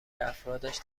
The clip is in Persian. افرادش